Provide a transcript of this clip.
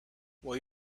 will